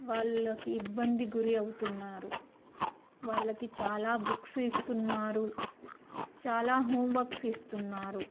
వాళ్ళకి ఇబ్బంది గురి అవుతున్నారు వాళ్ళకి చాలా బుక్స్ ఇస్తున్నారు చాలా హోం వర్క్స్ ఇస్తున్నారు